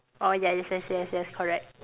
oh yes yes yes yes correct